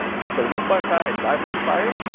people live by fire and die by fire.